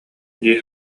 дии